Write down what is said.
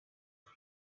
cup